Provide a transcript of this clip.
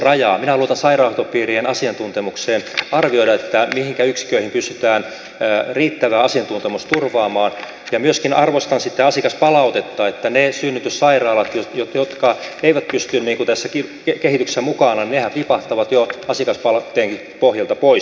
minä luotan sairaanhoitopiirien asiantuntemukseen arvioida mihinkä yksiköihin pystytään riittävä asiantuntemus turvaamaan ja myöskin arvostan sitä asiakaspalautetta että ne synnytyssairaalat jotka eivät pysy tässä kehityksessä mukana tipahtavat jo asiakaspalautteenkin pohjalta pois